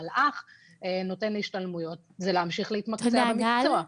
מלאח נותן השתלמויות זה להמשיך להתמקצע במקצוע.